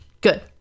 Good